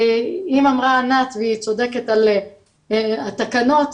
אם אמרה ענת, והיא צודקת, על התקנות.